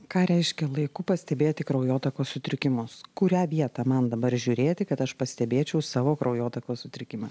ką reiškia laiku pastebėti kraujotakos sutrikimus kurią vietą man dabar žiūrėti kad aš pastebėčiau savo kraujotakos sutrikimą